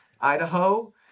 Idaho